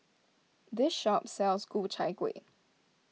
this shop sells Ku Chai Kuih